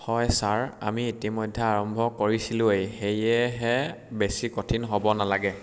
হয় ছাৰ আমি ইতিমধ্যে আৰম্ভ কৰিছিলোঁয়েই সেয়েহে বেছি কঠিন হ'ব নালাগে